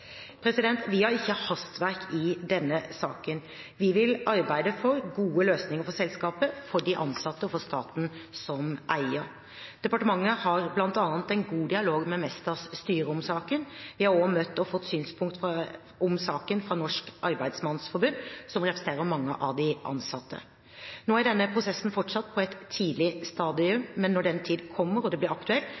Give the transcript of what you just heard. Vi har ikke hastverk i denne saken. Vi vil arbeide for gode løsninger for selskapet, for de ansatte og for staten som eier. Departementet har bl.a. en god dialog med Mestas styre om saken. Vi har også møtt og fått synspunkter på saken fra Norsk Arbeidsmandsforbund, som representerer mange av de ansatte. Nå er denne prosessen fortsatt på et tidlig stadium, men når den tid kommer at det blir aktuelt,